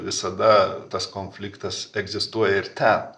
visada tas konfliktas egzistuoja ir ten